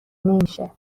نمیشه